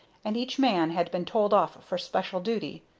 and each man had been told off for special duty.